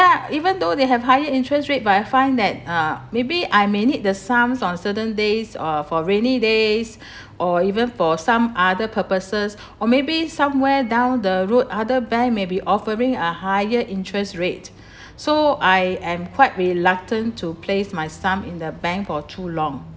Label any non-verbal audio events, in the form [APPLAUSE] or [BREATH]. ya even though they have higher interest rate but I find that uh maybe I may need the sums on certain days or for rainy days [BREATH] or even for some other purposes or maybe somewhere down the road other bank may be offering a higher interest rate [BREATH] so I am quite reluctant to place my sum in the bank for too long